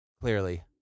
clearly